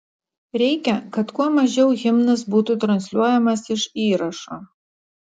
reikia kad kuo mažiau himnas būtų transliuojamas iš įrašo